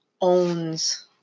owns